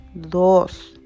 dos